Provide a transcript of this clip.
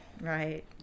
Right